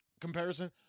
comparison